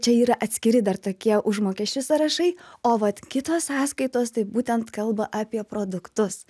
čia yra atskiri dar tokie užmokesčių sąrašai o vat kitos sąskaitos tai būtent kalba apie produktus